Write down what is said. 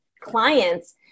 clients